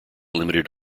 limited